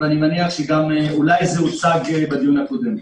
ואני מניח שאולי זה גם הוצג בדיון הקודם.